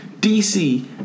DC